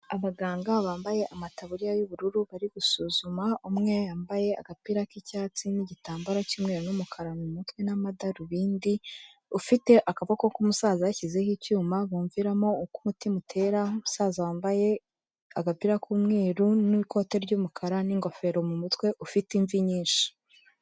Abaganga bambaye amataburiya y'ubururu bari gusuzuma, umwe yambaye agapira k'icyatsi n'igitambaro cy'umweru n'umukara mu mutwe n'amadarubindi, ufite akaboko k'umusaza yashyizeho icyuma bumviramo uko umutima utera, umusaza wambaye agapira k'umweru n'ikote ry'umukara n'ingofero mu mutwe, ufite imvi nyinshi.